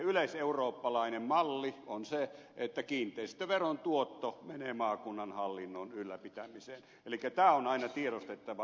yleiseurooppalainen malli on se että kiinteistöveron tuotto menee maakunnan hallinnon ylläpitämiseen elikkä tämä on aina tiedostettava